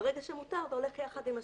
וברגע שמותר אתה הולך יחד עם השלט,